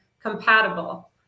compatible